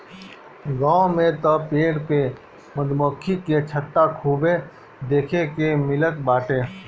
गांव में तअ पेड़ पे मधुमक्खी के छत्ता खूबे देखे के मिलत बाटे